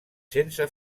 sense